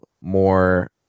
more